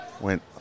Went